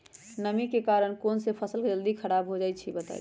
नमी के कारन कौन स फसल जल्दी खराब होई छई बताई?